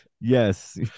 yes